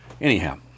Anyhow